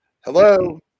Hello